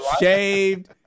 shaved